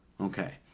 Okay